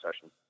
session